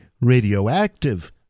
radioactive